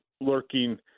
lurking